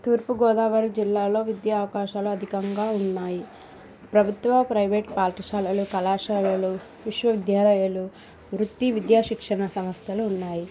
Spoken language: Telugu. తూర్పుగోదావరి జిల్లాలో విద్యావకాశాలు అధికంగా ఉన్నాయి ప్రభుత్వ ప్రైవేటు పాఠశాలలు కళాశాలలు విశ్వవిద్యాలయాలు వృత్తి విద్యా శిక్షణ సంస్థలు ఉన్నాయి